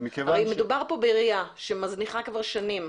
הרי מדובר פה בעירייה שמזניחה כבר שנים,